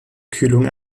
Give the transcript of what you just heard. kühlung